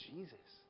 Jesus